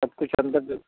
सब कुछ अंदर जो